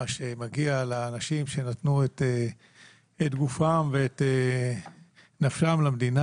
מה שמגיע לאנשים שנתנו את גופם ואת נפשם למדינה,